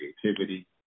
creativity